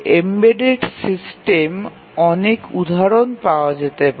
embedded system অনেক উদাহরণ পাওয়া যেতে পারে